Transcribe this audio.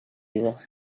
evil